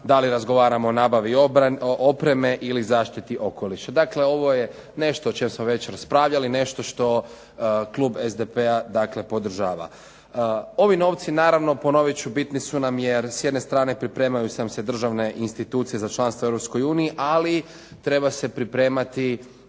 da li razgovaramo o nabavi opreme ili zaštiti okoliša. Dakle ovo je nešto o čem smo već raspravljali, nešto što klub SDP-a dakle podržava. Ovi novci naravno ponovit ću bitni su nam jer s jedne strane pripremaju nam se državne institucije za članstvo u Europskoj uniji, ali treba se pripremati